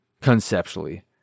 conceptually